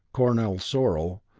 kornal sorul,